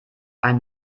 ein